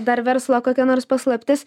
dar verslo kokia nors paslaptis